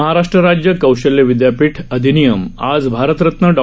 महाराष्ट्र राज्य कौशल्य विद्यापीठ अधिनियम आज भारतरत्न डॉ